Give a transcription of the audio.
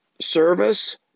Service